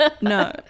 No